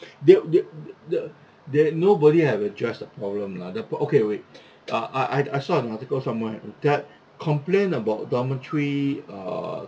they they the the they nobody have address the problem lah the problem okay wait uh I I I an article somewhere that complain about dormitory err